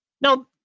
Now